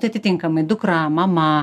atitinkamai dukra mama